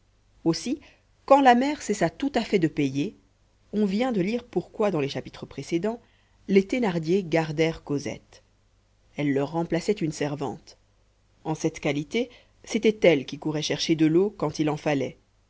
aussi quand la mère cessa tout à fait de payer on vient de lire pourquoi dans les chapitres précédents les thénardier gardèrent cosette elle leur remplaçait une servante en cette qualité c'était elle qui courait chercher de l'eau quand il en fallait